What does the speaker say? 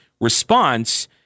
response